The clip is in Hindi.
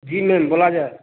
जी मैम बोला जाए